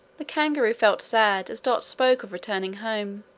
the kangaroo felt sad as dot spoke of returning home,